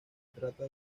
trata